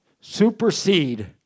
supersede